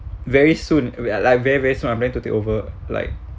very soon we are like very very soon I'm going to take over like